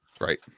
Right